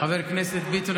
חבר הכנסת ביטון,